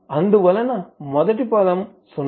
అందువలన మొదటి పదం సున్నా